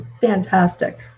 fantastic